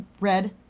Red